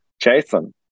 Jason